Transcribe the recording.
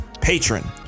patron